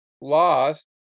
lost